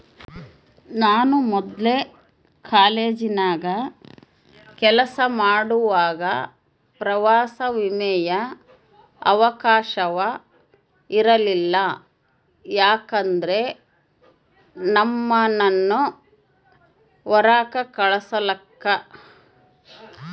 ನಾನು ಮೊದ್ಲು ಕಾಲೇಜಿನಾಗ ಕೆಲಸ ಮಾಡುವಾಗ ಪ್ರವಾಸ ವಿಮೆಯ ಅವಕಾಶವ ಇರಲಿಲ್ಲ ಯಾಕಂದ್ರ ನಮ್ಮುನ್ನ ಹೊರಾಕ ಕಳಸಕಲ್ಲ